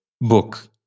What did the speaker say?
book